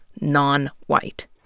non-white